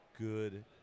good